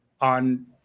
on